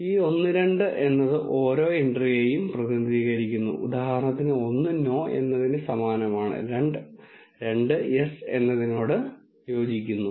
ഈ ഒന്ന് രണ്ട് എന്നത് ഓരോ എൻട്രിയെയും പ്രതിനിധീകരിക്കുന്നു ഉദാഹരണത്തിന് ഒന്ന് no എന്നതിന് സമാനമാണ് രണ്ട് yes എന്നതിനോട് യോജിക്കുന്നു